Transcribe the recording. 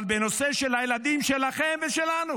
אבל בנושא של הילדים שלכם ושלנו